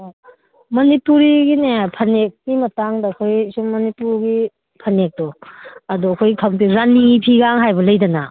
ꯑꯣ ꯃꯅꯤꯄꯨꯔꯤꯒꯤꯅꯦ ꯐꯅꯦꯛꯀꯤ ꯃꯇꯥꯡꯗ ꯑꯩꯈꯣꯏ ꯁꯨꯝ ꯃꯅꯤꯄꯨꯔꯒꯤ ꯐꯅꯦꯛꯇꯣ ꯑꯗꯣ ꯑꯩꯈꯣꯏ ꯈꯪꯗꯦ ꯔꯥꯅꯤ ꯐꯤꯒ ꯍꯥꯏꯕ ꯂꯩꯗꯅ